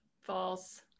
false